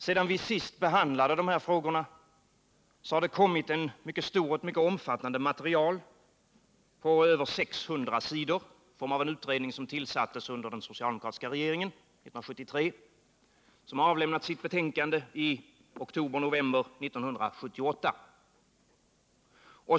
Sedan vi senast behandlade dessa frågor har det kommit ett mycket omfattande material på över 600 sidor från en utredning som tillsattes 1973 av den socialdemokratiska regeringen och som avlämnade sitt betänkande i oktober/november 1978.